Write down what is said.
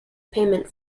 payment